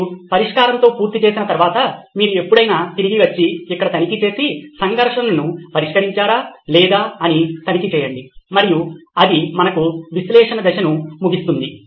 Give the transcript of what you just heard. మీరు పరిష్కారంతో పూర్తి చేసిన తర్వాత మీరు ఎప్పుడైనా తిరిగి వచ్చి ఇక్కడ తనిఖీ చేసి సంఘర్షణను పరిష్కరించారా లేదా అని తనిఖీ చేయండి మరియు అది మనకు విశ్లేషణ దశను ముగుస్తుంది